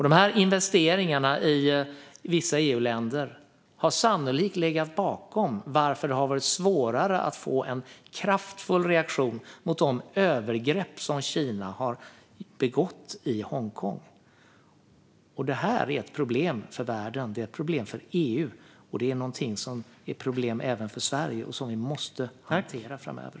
De här investeringarna i vissa EU-länder har sannolikt legat bakom att det har varit svårare att få en kraftfull reaktion mot de övergrepp som Kina har begått i Hongkong. Det här är ett problem för världen, och det är ett problem för EU. Det är någonting som är ett problem även för Sverige och som vi måste hantera framöver.